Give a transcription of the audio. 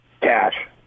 Cash